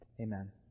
Amen